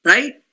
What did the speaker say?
Right